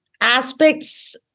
aspects